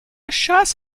chasse